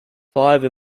five